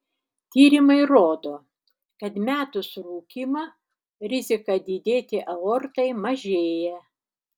tyrimai rodo kad metus rūkymą rizika didėti aortai mažėja